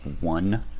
one